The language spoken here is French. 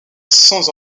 sans